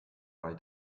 weil